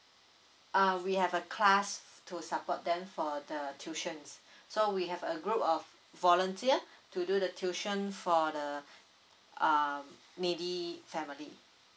uh we have a class to support them for the tuitions so we have a group of volunteer to do the tuition for the uh needy family